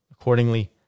Accordingly